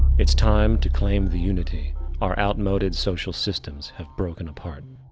it's time to claim the unity our outmoded social systems have broken apart,